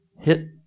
Hit